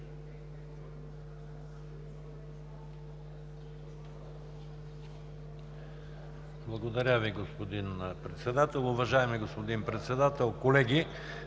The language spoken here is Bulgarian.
Благодаря Ви, господин Председател. Уважаеми господин Председател, колеги!